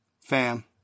fam